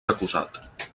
acusat